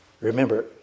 remember